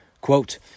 quote